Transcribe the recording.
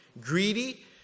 greedy